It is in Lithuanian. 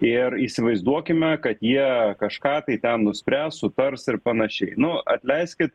ir įsivaizduokime kad jie kažką tai ten nuspręs sutars ir panašiai nu atleiskit